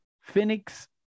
Phoenix